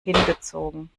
hingezogen